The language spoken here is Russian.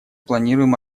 планируем